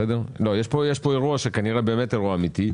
יש פה אירוע, וכנראה הוא באמת אירוע אמיתי.